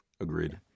Agreed